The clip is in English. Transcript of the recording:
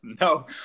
No